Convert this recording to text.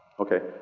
okay.